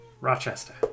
Rochester